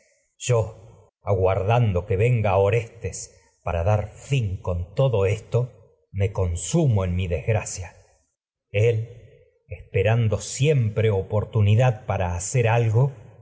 aguardando que venga orestes para dar todo esto me consumo en mi desgracia él es perando siempre oportunidad para hacer algo